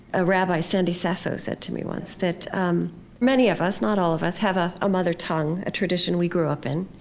a rabbi, sandy sasso, said to me once that um many of us, not all of us, have ah a mother tongue, a tradition we grew up in,